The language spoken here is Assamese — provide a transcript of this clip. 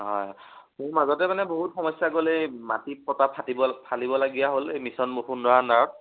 হয় মোৰ মাজতে মানে বহুত সমস্যা গ'ল এই এই মাটি পত্তা ফাটিব ফালিবলগীয়া হ'ল এই মিছন বছুন্দাৰ আণ্ডাৰত